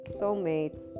soulmates